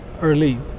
early